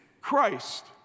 Christ